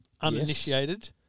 uninitiated